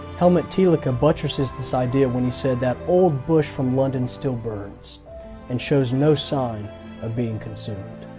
helmut thielicke butresses this idea when he said that old bush from london still burns and shows no sign of being consumed.